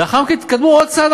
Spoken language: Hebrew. לאחר מכן תתקדמו עוד צעד,